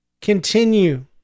continue